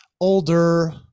older